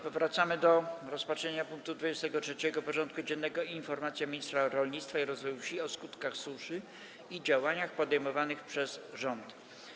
Powracamy do rozpatrzenia punktu 23. porządku dziennego: Informacja ministra rolnictwa i rozwoju wsi o skutkach suszy i działaniach podejmowanych przez rząd.